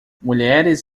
mulheres